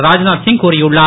ராத்நாத்சிங் கூறியுள்ளார்